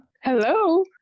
Hello